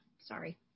Sorry